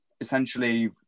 essentially